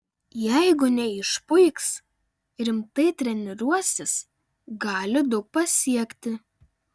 jeigu neišpuiks rimtai treniruosis gali daug pasiekti